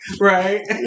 Right